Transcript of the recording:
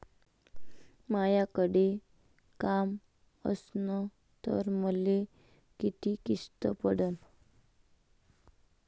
मायाकडे काम असन तर मले किती किस्त पडन?